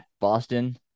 Boston